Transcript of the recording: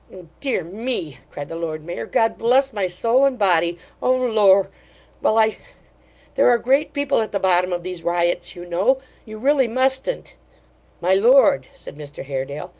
dear me cried the lord mayor. god bless my soul and body oh lor well i there are great people at the bottom of these riots, you know you really mustn't my lord said mr haredale,